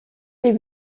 les